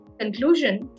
conclusion